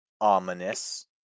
ominous